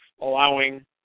allowing